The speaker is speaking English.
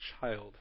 child